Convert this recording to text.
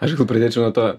aš galbūt pradėčiau nuo to